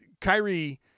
Kyrie